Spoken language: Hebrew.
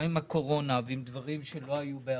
עם הקורונה ועם דברים שלא היו בעבר,